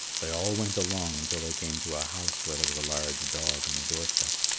they all went along until they came to a house where there was a large dog on the doorstep.